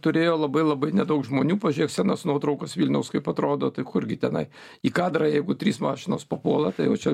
turėjo labai labai nedaug žmonių pažiūrėk senas nuotraukas vilniaus kaip atrodo tai kurgi tenai į kadrą jeigu trys mašinos papuola tai jau čia